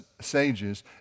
sages